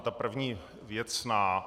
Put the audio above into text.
Ta první věcná.